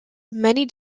many